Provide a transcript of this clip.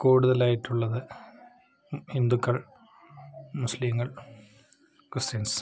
കൂടുതലായിട്ടുള്ളത് ഹിന്ദുക്കള് മുസ്ലീങ്ങള് ക്രിസ്ത്യന്സ്